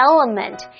Element